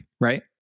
right